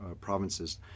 provinces